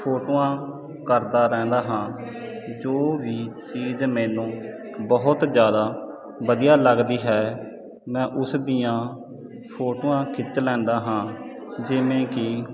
ਫੋਟੋਆਂ ਕਰਦਾ ਰਹਿੰਦਾ ਹਾਂ ਜੋ ਵੀ ਚੀਜ਼ ਮੈਨੂੰ ਬਹੁਤ ਜ਼ਿਆਦਾ ਵਧੀਆ ਲੱਗਦੀ ਹੈ ਮੈਂ ਉਸ ਦੀਆਂ ਫੋਟੋਆਂ ਖਿੱਚ ਲੈਂਦਾ ਹਾਂ ਜਿਵੇਂ ਕਿ